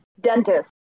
Dentist